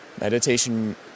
meditation